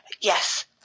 Yes